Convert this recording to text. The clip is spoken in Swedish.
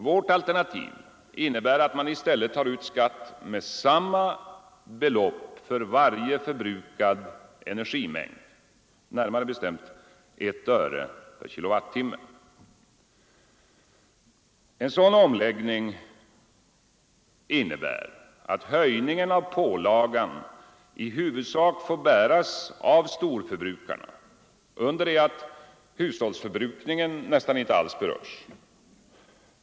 Vårt alternativ innebär att man i stället tar ut skatt med samma belopp för varje förbrukad energimängd, närmare bestämt ett öre per kilowattimme. En sådan omläggning innebär att höjningen av pålagan i huvudsak får bäras av storförbrukarna under det att hushållsförbrukningen nästan Nr 114 inte alls berörs.